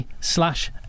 slash